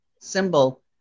symbol